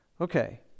Okay